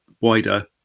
wider